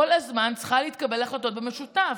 כל הזמן צריכות להתקבל החלטות במשותף,